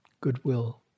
goodwill